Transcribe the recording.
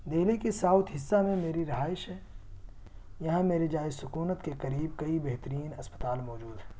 دہلی كے ساؤتھ حصہ میں میری رہائش ہے یہاں میری جائے سکونت کے قریب قریب بہترین اسپتال موجود ہیں